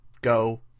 go